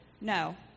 No